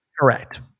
Correct